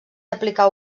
aplicar